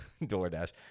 DoorDash